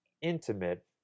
intimate